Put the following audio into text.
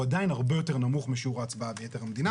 הוא עדיין הרבה יותר נמוך משיעור ההצבעה ביתר המדינה,